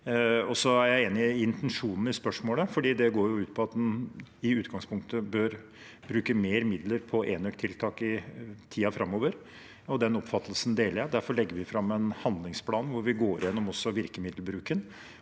Jeg er enig i intensjonen i spørsmålet, for det går ut på at en i utgangspunktet bør bruke mer midler på enøktiltak i tiden framover, og den oppfattelsen deler jeg. Derfor legger vi fram en handlingsplan hvor vi også går gjennom virkemiddelbruken